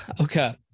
Okay